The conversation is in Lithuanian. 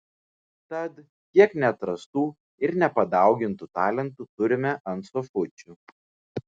tad kiek neatrastų ir nepadaugintų talentų turime ant sofučių